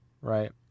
right